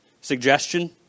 suggestion